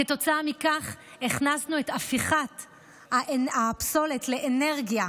כתוצאה מכך הכנסנו את הפיכת הפסולת לאנרגיה,